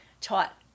taught